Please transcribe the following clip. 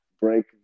break